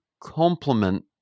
complement